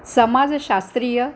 समाजशास्त्रीय